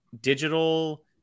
digital